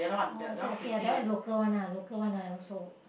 uh also okay lah that one is local one ah local one I also